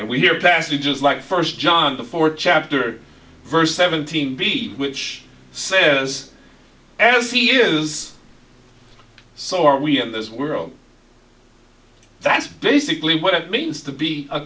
and we hear passages like first john the fourth chapter verse seventeen b which says as he is so are we in this world that's basically what it means to be a